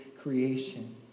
creation